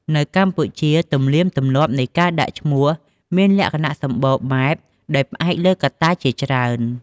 នៅកម្ពុជា ទំនៀមទម្លាប់នៃការដាក់ឈ្មោះមានលក្ខណៈសម្បូរបែប ដោយផ្អែកលើកត្តាជាច្រើន។